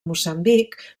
moçambic